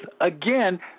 again